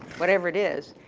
whatever it is.